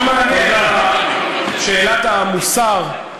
מעניינת אותך שאלת המוסר,